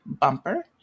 Bumper